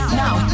now